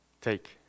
Take